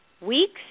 weeks